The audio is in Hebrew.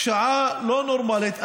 שעה לא נורמלית.